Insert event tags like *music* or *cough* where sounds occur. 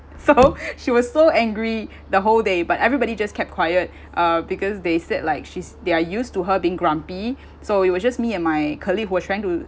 so *laughs* she was so angry the whole day but everybody just kept quiet *breath* uh because they said like she's they are used to her being grumpy so it was just me and my colleague who was trying to